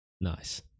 Nice